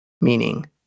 meaning